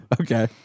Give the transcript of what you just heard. Okay